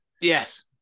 yes